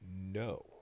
No